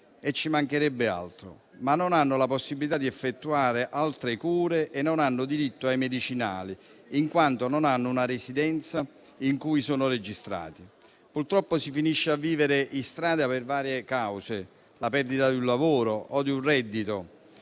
(e ci mancherebbe altro), ma non hanno la possibilità di effettuare altre cure e non hanno diritto ai medicinali, in quanto non hanno una residenza in cui sono registrati. Purtroppo si finisce a vivere in strada per varie cause (la perdita di un lavoro o di un reddito),